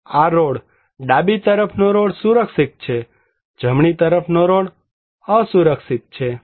આ રોડ ડાબી તરફનો રોડ સુરક્ષિત છે જમણી તરફનો રોડ અસુરક્ષિત છે